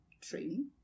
training